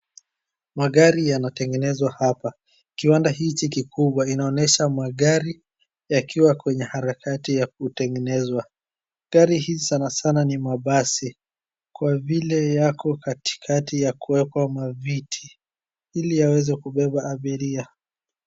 Magari yanatengenezwa hapa. Kiwanda hichi kikubwa inaonyesha magari yakiwa kwenye harakati ya kutengenezwa. Gari hii sana sana ni mabasi, kwa vile yako katikati ya kuwekwa maviti, ili yaweze kubeba abiria.